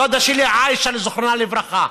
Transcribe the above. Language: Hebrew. דודה שלי עאישה, זיכרונה לברכה,